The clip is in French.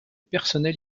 personnel